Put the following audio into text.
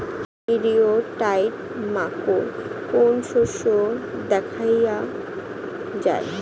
ইরিও ফাইট মাকোর কোন শস্য দেখাইয়া যায়?